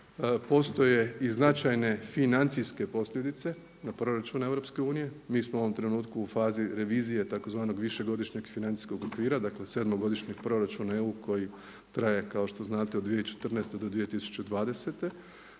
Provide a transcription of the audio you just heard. Postoje i značajne financijske posljedice na Proračun EU. Mi smo u ovom trenutku u fazi revizije tzv. višegodišnjeg financijskog okvira, dakle 7-godišnjeg Proračuna EU koji traje kao što znate od 2014. do 2020.